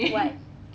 what